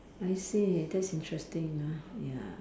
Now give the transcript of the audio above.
I see that's interesting ah ya